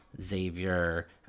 Xavier